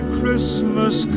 Christmas